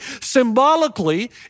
symbolically